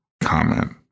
comment